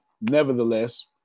Nevertheless